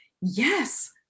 yes